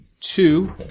two